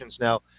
Now